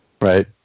Right